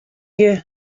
you